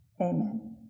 Amen